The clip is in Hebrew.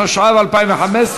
התשע"ו 2015,